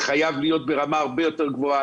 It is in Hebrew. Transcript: זה חייב להיות ברמה הרבה יותר גבוהה,